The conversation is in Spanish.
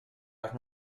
las